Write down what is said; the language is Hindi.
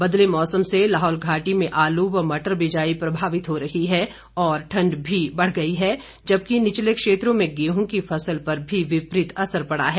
बदले मौमस से लाहौल घाटी में आलू व मटर बिजाई प्रभावित हो रही है और ठंड भी बढ़ गई है और निचले क्षेत्रों में गेहूं की फसल पर भी विपरीत असर पड़ा है